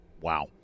wow